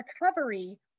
recovery